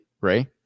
Ray